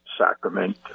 sacrament